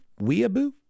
weeaboo